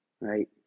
right